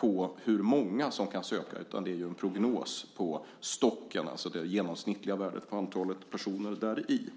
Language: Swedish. av hur många som kan söka. Detta är en prognos på stocken, alltså det genomsnittliga värdet på antalet personer däri.